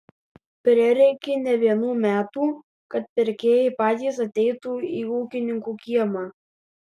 prireikė ne vienų metų kad pirkėjai patys ateitų į ūkininkų kiemą